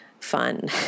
fun